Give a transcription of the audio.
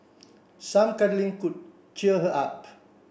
some cuddling could cheer her up